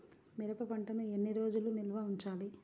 మిరప పంటను ఎన్ని రోజులు నిల్వ ఉంచాలి?